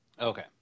Okay